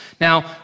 Now